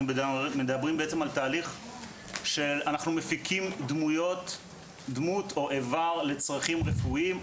אנחנו מדברים על תהליך שבו אנחנו מפיקים דמות או איבר לצרכים רפואיים,